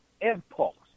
impulse